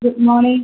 good morning